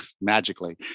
magically